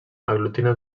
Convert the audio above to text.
aglutina